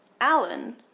Alan